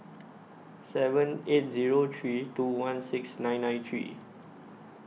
seven eight three two one six nine nine three